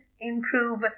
improve